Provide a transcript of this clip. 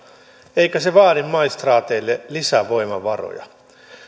eikä se vaadi maistraateille lisävoimavaroja